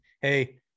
hey